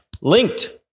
linked